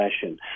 fashion